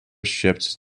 shipped